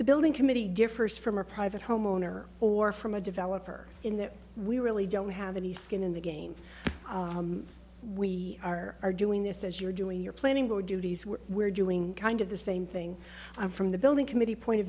the building committee differs from a private homeowner or from a developer in that we really don't have any skin in the game we are are doing this as you're doing your planning your duties we're we're doing kind of the same thing from the building committee point of